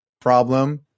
Problem